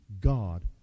God